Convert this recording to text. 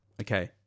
Okay